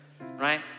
right